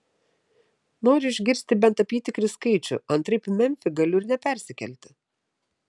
noriu išgirsti bent apytikrį skaičių antraip į memfį galiu ir nepersikelti